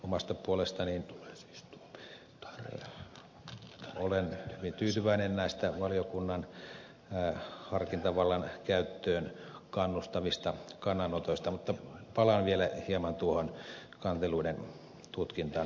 omasta puolestani olen hyvin tyytyväinen näistä valiokunnan harkintavallan käyttöön kannustavista kannanotoista mutta palaan vielä tuohon kanteluiden tutkintaan hieman myöhemmin